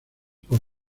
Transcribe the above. por